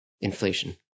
inflation